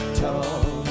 talk